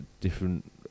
different